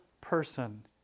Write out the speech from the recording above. person